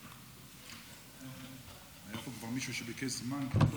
הבטחנו וקיימנו.